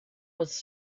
was